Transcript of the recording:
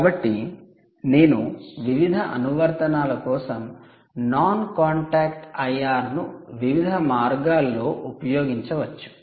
కాబట్టి నేను వివిధ అనువర్తనాల కోసం నాన్ కాంటాక్ట్ ఐఆర్ ను వివిధ మార్గాల్లో ఉపయోగించవచ్చు